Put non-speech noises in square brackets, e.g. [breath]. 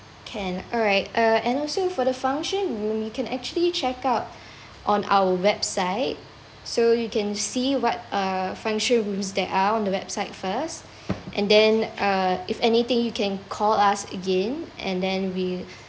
can alright uh and also for the function room you can actually check out [breath] on our website so you can see what uh function rooms there are on the website first and then uh if anything you can call us again and then we